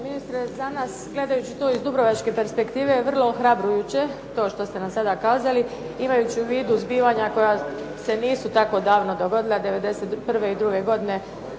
ministre, za nas gledajući to iz dubrovačke perspektive je vrlo ohrabrujuće to što ste nam sada kazali. Imajući u vidu zbivanja koja se nisu tako davno dogodila, '91.i '92. godine,